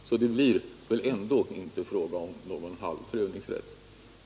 Så det blir ändå inte fråga om någon halv prövningsrätt.